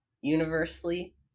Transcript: universally